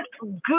good